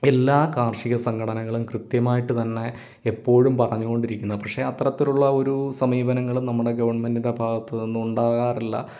എല്ലാ കാർഷിക സംഘടനകളും കൃത്യമായിട്ട് തന്നെ എപ്പോഴും പറഞ്ഞു കൊണ്ടിരിക്കുന്നത് പക്ഷേ അത്തരത്തിലുള്ള ഒരു സമീപനങ്ങളും നമ്മുടെ ഗവൺമെന്റിൻ്റെ ഭാഗത്തു നിന്നും ഉണ്ടാകാറില്ല